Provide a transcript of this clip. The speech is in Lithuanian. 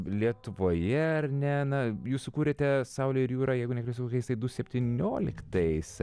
lietuvoje ar ne na jūs sukūrėte saulę ir jūrą jeigu neklystu kokiais du septynioliktais